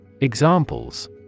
Examples